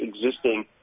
existing